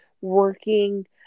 working